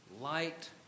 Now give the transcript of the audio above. light